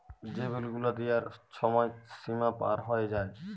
যে বিল গুলা দিয়ার ছময় সীমা পার হঁয়ে যায়